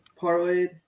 parlayed